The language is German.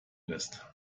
lässt